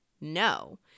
No